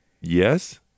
yes